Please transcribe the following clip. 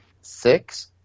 six